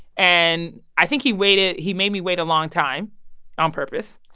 and i think he waited he made me wait a long time on purpose.